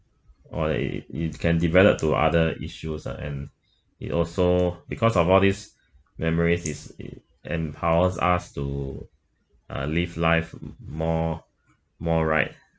or that it it can develop to other issues ah and it also because of all these memories is it empowers us to uh live life more more right